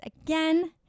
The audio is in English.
again